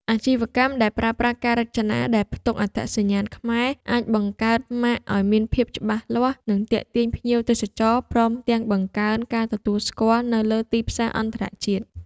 អាជីវកម្មដែលប្រើប្រាស់ការរចនាដែលផ្ទុកអត្តសញ្ញាណខ្មែរ អាចបង្កើតម៉ាកឲ្យមានភាពច្បាស់លាស់ និងទាក់ទាញភ្ញៀវទេសចរព្រមទាំងបង្កើនការទទួលស្គាល់នៅលើទីផ្សារអន្តរជាតិ។